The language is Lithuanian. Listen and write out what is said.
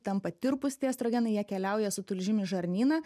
tampa tirpūs tie estrogenai jie keliauja su tulžim į žarnyną